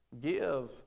Give